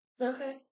Okay